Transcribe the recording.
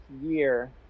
year